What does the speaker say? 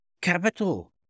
Capital